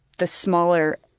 the smaller